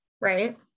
Right